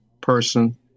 person